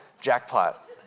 jackpot